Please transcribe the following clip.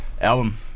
Album